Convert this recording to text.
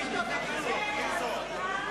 הארכת חופשת לידה),